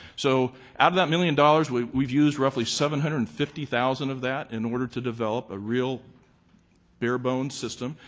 so out of that million dollars, we've we've used roughly seven hundred and fifty thousand of that in order to develop a real barebones system.